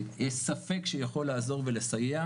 ויש ספק שהוא יכול לעזור ולסייע,